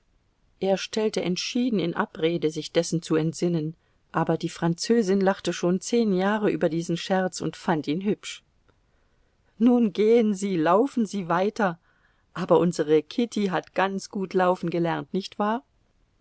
er stellte entschieden in abrede sich dessen zu entsinnen aber die französin lachte schon zehn jahre über diesen scherz und fand ihn hübsch nun gehen sie und laufen sie weiter aber unsere kitty hat ganz gut laufen gelernt nicht wahr